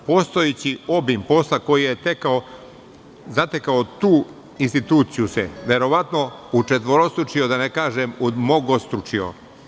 Postojeći obim posla koji je zatekao tu instituciju se verovatno učetvorostručio, da ne kažem umnogostručio.